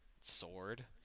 sword